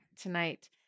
tonight